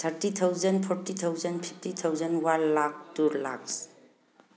thirty thousand forty thousand fifty thousand one lakh two lakhs